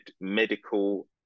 medical